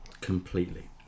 Completely